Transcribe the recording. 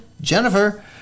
Jennifer